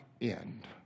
end